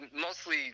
mostly